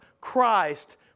Christ